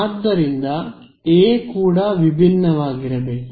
ಆದ್ದರಿಂದ ಎ ಕೂಡ ವಿಭಿನ್ನವಾಗಿರಬೇಕು